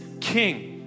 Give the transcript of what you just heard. King